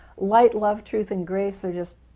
light, love, truth, and grace are just